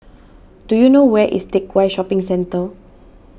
do you know where is Teck Whye Shopping Centre